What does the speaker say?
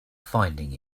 finding